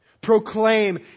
proclaim